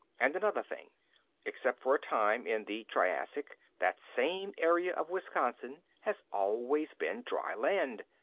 and another thing except for a time in the triassic, that same area of wisconsin has always been dry land.